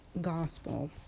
gospel